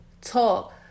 talk